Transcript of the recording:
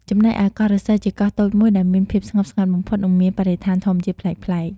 ចំណែកឯ កោះឫស្សី ជាកោះតូចមួយដែលមានភាពស្ងប់ស្ងាត់បំផុត និងមានបរិស្ថានធម្មជាតិប្លែកៗ។